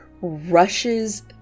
rushes